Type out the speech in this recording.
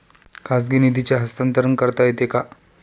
खाजगी निधीचे हस्तांतरण करता येते का?